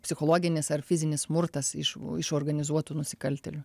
psichologinis ar fizinis smurtas iš iš organizuotų nusikaltėlių